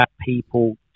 people